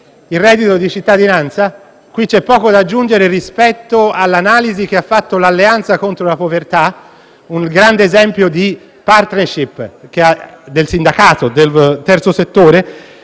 il reddito di cittadinanza. In questo caso c'è poco da aggiungere rispetto all'analisi fatta dall'Alleanza contro la povertà, un grande esempio di *partnership* del sindacato e del terzo settore,